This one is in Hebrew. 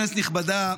כנסת נכבדה,